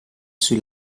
sui